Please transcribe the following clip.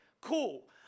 cool